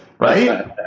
Right